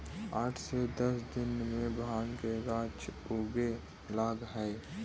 आठ से दस दिन में भाँग के गाछ उगे लगऽ हइ